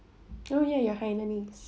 oh ya you're hainanese